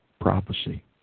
prophecy